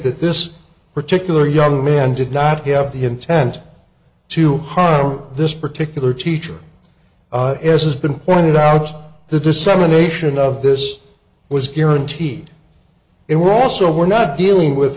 that this particular young man did not have the intent to harm this particular teacher as has been pointed out the dissemination of this was guaranteed it were also we're not dealing with